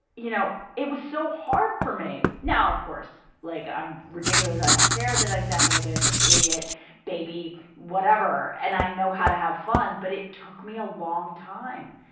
you know. it was so hard for me. now, of course, like, i'm ridiculous i don't care that i sound like an idiot baby, whatever. and i know how to have fun. but it took me a long time.